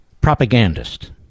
propagandist